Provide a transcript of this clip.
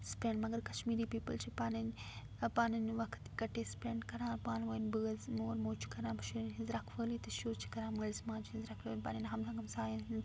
spend مگر Kashmiri people چھِ پَنٕنۍ ٲں پَنٕنۍ وقت اِکٹھے سِپیٚنٛڈ کَران پانہٕ وٲنۍ بٲژ مول موج چھُ کَران شُریٚن ہِنٛز رکھوٲلی تہٕ شُرۍ چھِ کَران مٲلِس ماجہِ ہنٛز رکھوٲلی پَنٕنۍ ہمساین ہنٛز